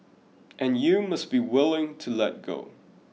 and you must be willing to let go